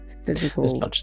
physical